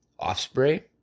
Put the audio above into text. Offspray